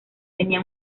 tenía